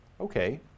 okay